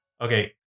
Okay